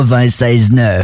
96.9